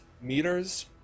meters